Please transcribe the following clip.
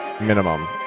minimum